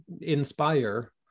inspire